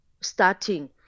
starting